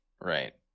Right